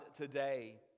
today